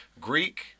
Greek